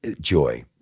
joy